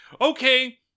okay